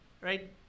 right